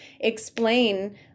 explain